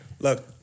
look